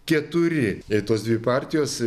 keturi jei tos dvi partijos